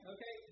Okay